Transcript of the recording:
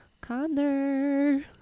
Connor